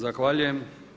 Zahvaljujem.